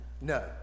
no